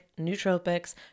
nootropics